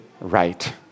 right